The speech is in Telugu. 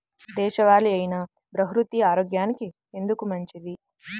దేశవాలి అయినా బహ్రూతి ఆరోగ్యానికి ఎందుకు మంచిది?